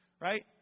right